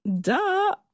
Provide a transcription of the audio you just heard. Duh